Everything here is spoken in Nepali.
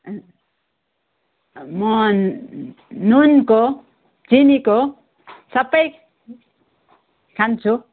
म न नुनको चिनीको सबै खान्छु